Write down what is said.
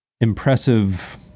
impressive